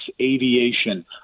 aviation